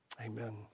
Amen